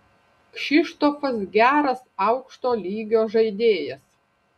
kšištofas geras aukšto lygio žaidėjas